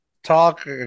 talk